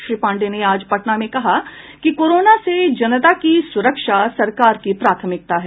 श्री पांडेय ने आज पटना में कहा कि कोरोना से जनता की सुरक्षा सरकार की प्राथमिकता है